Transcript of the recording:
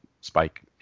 spike